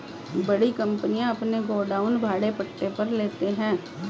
बड़ी कंपनियां अपने गोडाउन भाड़े पट्टे पर लेते हैं